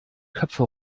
köpfe